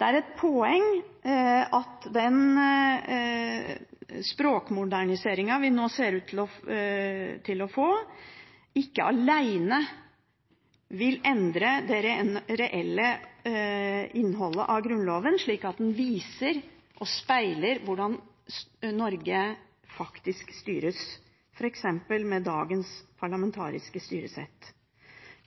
Det er et poeng at den språkmoderniseringen vi nå ser ut til å få, ikke alene vil endre det reelle innholdet av Grunnloven, slik at den viser – speiler – hvordan Norge faktisk styres, f.eks. med dagens parlamentariske styresett.